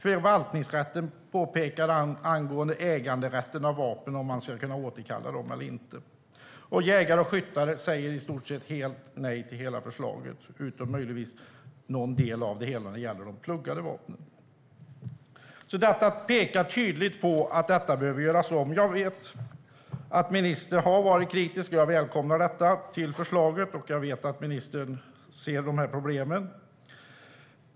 Angående äganderätten av vapen pekar Förvaltningsrätten på om man ska kunna återkalla dem eller inte. Och jägare och skyttar säger i stort sett helt nej till hela förslaget, utom möjligtvis någon del gällande de pluggade vapnen. Detta pekar tydligt på att förslaget behöver göras om. Jag vet att ministern har varit kritisk till förslaget och att han ser problemen. Jag välkomnar det.